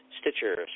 Stitcher